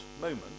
moment